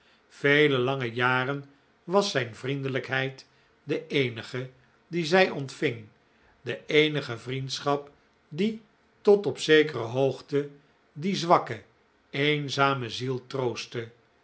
vele lange jaren was zijn vriendelijkheid de eenige die zij ontving de eenige vriendschap die tot op zekere hoogte die zwakke eenzame ziel troostte